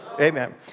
Amen